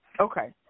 Okay